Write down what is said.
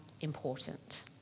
important